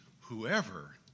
whoever